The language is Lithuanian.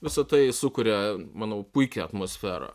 visa tai sukuria manau puikią atmosferą